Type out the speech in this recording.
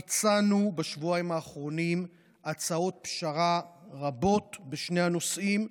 הצענו בשבועיים האחרונים הצעות פשרה רבות בשני הנושאים,